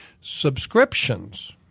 subscriptions